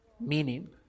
Meaning